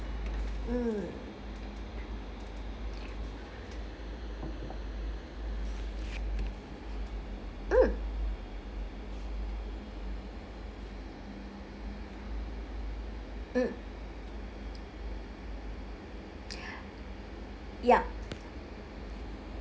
mm mm mm yup